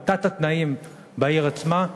התת-תנאים בעיר עצמה,